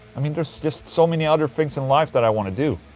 i mean, there's just so many other things in life that i want to do